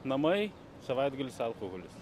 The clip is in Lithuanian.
namai savaitgalis alkoholis